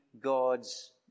God's